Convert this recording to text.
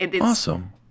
Awesome